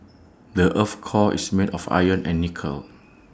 the Earth's core is made of iron and nickel